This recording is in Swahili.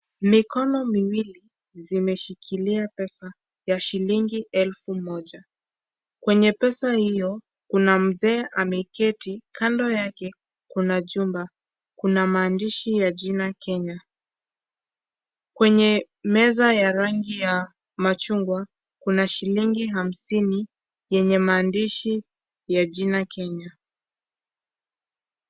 Mikono miwili zimeshikilia pesa ya shilingi elfu moja. Kwenye pesa hiyo, kuna Mzee ameketi, kando yake kuna chumba, kuna maandishi ya jina "Kenya". Kwenye meza ya rangi ya machungwa kuna shilingi hamsini yenye maandishi ya jina "Kenya".